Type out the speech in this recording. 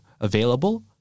available